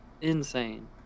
insane